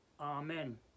Amen